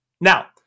Now